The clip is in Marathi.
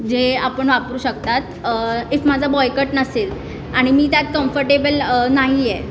जे आपण वापरू शकतात इफ माझा बॉयकट नसेल आणि मी त्यात कम्फर्टेबल नाही आहे